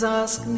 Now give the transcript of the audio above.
ask